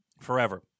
forever